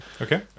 Okay